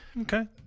Okay